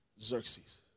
Xerxes